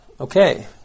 Okay